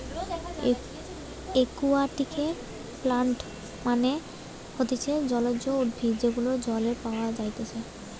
একুয়াটিকে প্লান্টস মানে হতিছে জলজ উদ্ভিদ যেগুলো জলে পাওয়া যাইতেছে